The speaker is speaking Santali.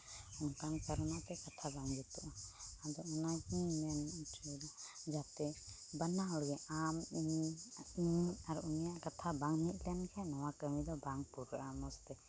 ᱚᱱᱠᱟᱱ ᱠᱟᱨᱚᱱᱟᱜ ᱛᱮ ᱠᱟᱛᱷᱟ ᱵᱟᱝ ᱡᱩᱛᱩᱜᱼᱟ ᱟᱫᱚ ᱚᱱᱟᱜᱤᱧ ᱢᱮᱱ ᱚᱪᱚᱭᱮᱫᱟ ᱡᱟᱛᱮ ᱵᱟᱱᱟ ᱦᱚᱲᱜᱮ ᱟᱢ ᱤᱧ ᱤᱧ ᱟᱨ ᱩᱱᱤᱭᱟᱜ ᱠᱟᱛᱷᱟ ᱵᱟᱝ ᱢᱤᱫ ᱞᱮᱱᱠᱷᱟᱱ ᱱᱚᱣᱟ ᱠᱟᱹᱢᱤ ᱫᱚ ᱵᱟᱝ ᱯᱩᱨᱟᱹᱜᱼᱟ ᱢᱚᱡᱽ ᱛᱮ